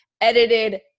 edited